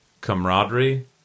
camaraderie